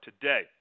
today